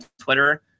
Twitter